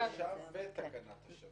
------ מרשם ותקנת השבים.